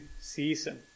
season